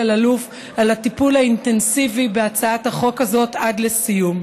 אלאלוף על הטיפול האינטנסיבי בהצעת החוק הזאת עד לסיום.